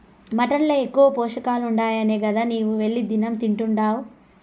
mutton ల ఎక్కువ పోషకాలుండాయనే గదా నీవు వెళ్లి దినం తింటున్డావు